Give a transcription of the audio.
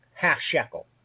half-shekel